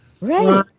Right